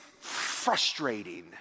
frustrating